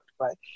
right